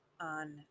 on